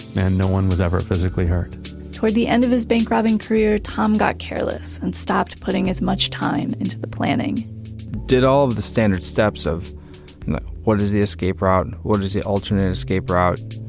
and no one was ever physically hurt toward the end of his bank robbing career, tom got careless and stopped putting as much time into the planning did all of the standard steps of what is the escape route, and what is the alternative escape route.